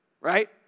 right